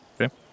okay